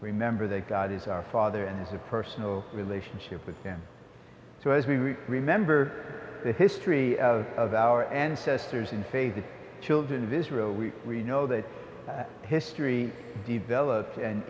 remember that god is our father and has a personal relationship with him so as we remember the history of our ancestors in favor of children of israel we know that history developed and